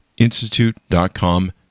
Institute.com